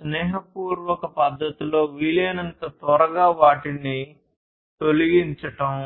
స్నేహపూర్వక పద్ధతిలో వీలైనంత త్వరగా వాటిని తొలగించడం